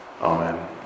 Amen